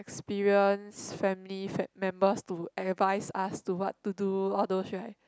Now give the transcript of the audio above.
experienced family friend members to advise us to what to do all those right